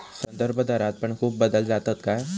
संदर्भदरात पण खूप बदल जातत काय?